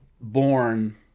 born